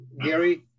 Gary